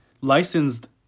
licensed